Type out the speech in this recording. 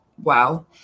wow